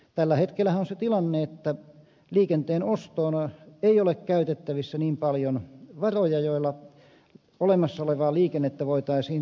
tällä hetkellähän on se tilanne että liikenteen ostoon ei ole käytettävissä niin paljon varoja että olemassa olevaa liikennettä voitaisiin turvata